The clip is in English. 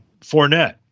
Fournette